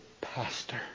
pastor